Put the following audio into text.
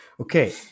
okay